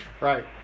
Right